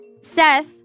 Seth